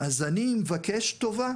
אז אני מבקש טובה.